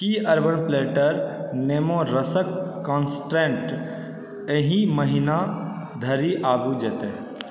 की urban platter नेमो रसक constraint एही महिना धरि आबि जयतै